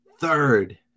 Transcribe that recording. third